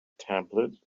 tablet